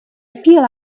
feel